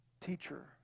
Teacher